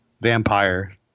vampire